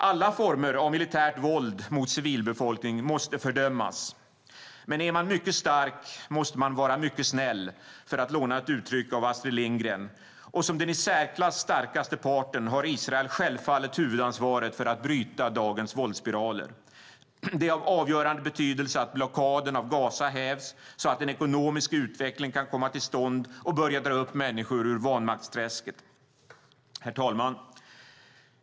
Alla former av militärt våld mot civilbefolkning måste fördömas. Är man mycket stark måste man vara mycket snäll, för att låna ett uttryck från Astrid Lindgren, och som den i särklass starkaste parten har Israel självfallet huvudansvaret för att bryta dagens våldsspiraler. Det är av avgörande betydelse att blockaden av Gaza hävs så att en ekonomisk utveckling kan komma till stånd och börja dra upp människor ur vanmaktsträsket. Herr talman!